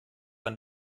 ein